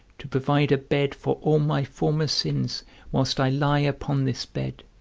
to provide a bed for all my former sins whilst i lie upon this bed,